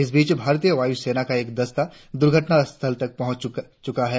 इस बीच भारतिय वायु सेना का एक दस्ता दुर्घटना स्थल तक पहुंच गया है